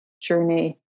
journey